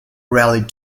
rallied